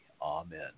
Amen